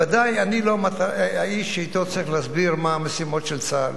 ודאי אני לא האיש שלו צריך להסביר מה המשימות של צה"ל.